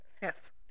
Yes